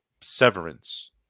severance